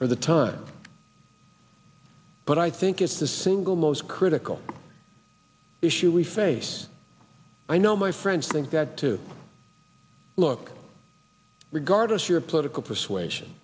for the time but i think it's the single most critical issue we face i know my friends think that too look regardless of your political persuasion